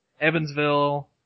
Evansville